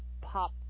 pop